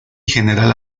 general